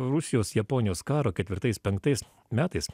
rusijos japonijos karo ketvirtais penktais metais